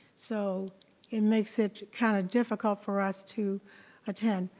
so it makes it kind of difficult for us to attend.